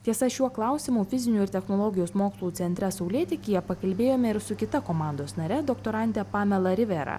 tiesa šiuo klausimu fizinių ir technologijos mokslų centre saulėtekyje pakalbėjome ir su kita komandos nare doktorante pamela rivera